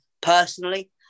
personally